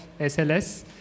SLS